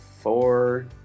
four